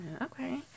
Okay